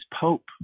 pope